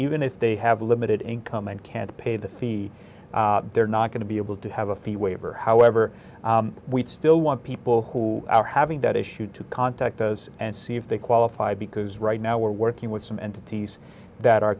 even if they have a limited income and can't pay the fee they're not going to be able to have a fee waiver however we still want people who are having that issue to contact those and see if they qualify because right now we're working with some entities that are